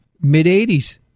mid-80s